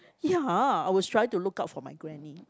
ya I was trying to look out for my granny